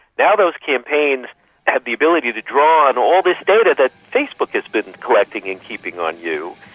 now those campaigns have the ability to draw on all this data that facebook has been collecting and keeping on you,